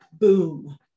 boom